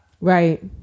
Right